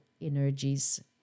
energies